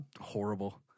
horrible